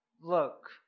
Look